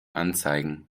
anzeigen